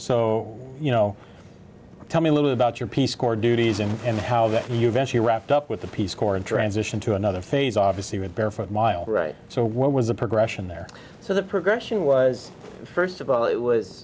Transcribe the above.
so you know tell me a little about your peace corps duties and how you venture wrapped up with the peace corps and transition to another phase obviously went barefoot miles right so what was the progression there so the progression was first of all it was